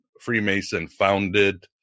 Freemason-founded